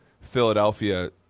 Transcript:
Philadelphia